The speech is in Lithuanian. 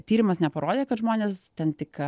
tyrimas neparodė kad žmonės ten tik